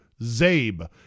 ZABE